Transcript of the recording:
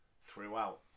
throughout